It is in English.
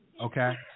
okay